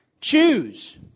Choose